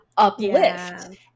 Uplift